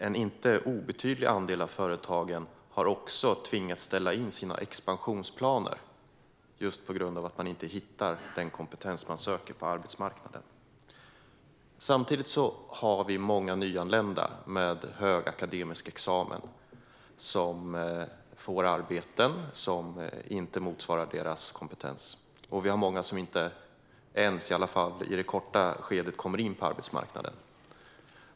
En inte obetydlig andel av företagen har också tvingats ställa in sina expansionsplaner just på grund av att man inte hittar den kompetens man söker på arbetsmarknaden. Samtidigt har vi många nyanlända med hög akademisk examen som får arbeten som inte motsvarar deras kompetens. Vi har också många som inte ens, i alla fall i det korta skedet, kommer in på arbetsmarknaden.